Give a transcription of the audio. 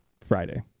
Friday